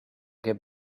get